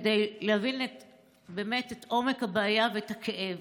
כדי להבין באמת את עומק הבעיה ואת הכאב.